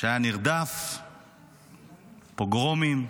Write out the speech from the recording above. שהיה נרדף, פוגרומים,